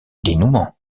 dénouement